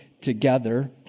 together